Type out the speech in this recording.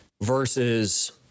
versus